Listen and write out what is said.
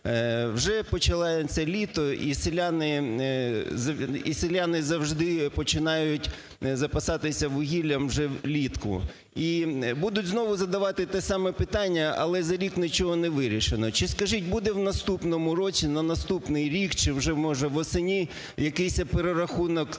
Вже починається літо і селяни завжди починають запасатися вугіллям вже влітку, і будуть знову задавати те саме питання, але за рік нічого не вирішено. Чи, скажіть, буде в наступному році, на наступний рік чи вже може восени якийсь перерахунок ціни